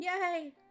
Yay